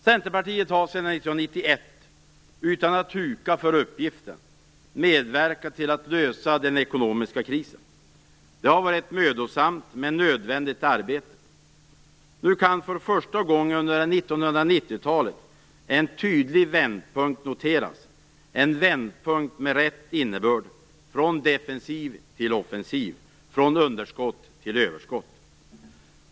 Centerpartiet har sedan 1991, utan att huka för uppgiften, medverkat till att lösa den ekonomiska krisen. Det har varit ett mödosamt men nödvändigt arbete. Nu kan för första gången under 1990-talet en tydlig vändpunkt noteras, en vändpunkt med rätt innebörd - från defensiv till offensiv, från underskott till överskott.